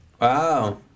Wow